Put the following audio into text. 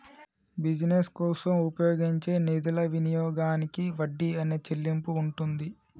business కోసం ఉపయోగించే నిధుల వినియోగానికి వడ్డీ అనే చెల్లింపు ఉంటుంది